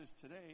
today